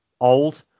old